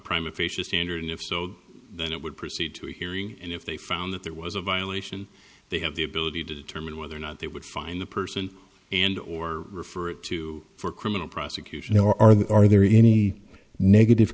crime official standard and if so then it would proceed to a hearing and if they found that there was a violation they have the ability to determine whether or not they would find the person and or refer it to for criminal prosecution or are they are there any negative